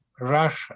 Russia